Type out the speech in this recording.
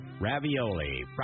ravioli